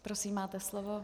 Prosím, máte slovo.